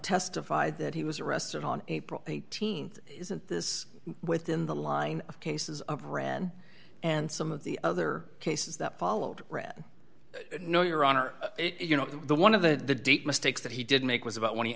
testified that he was arrested on april th isn't this within the line of cases of ren and some of the other cases that followed read no your honor you know the one of the date mistakes that he did make was about when he